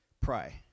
Pray